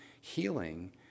healing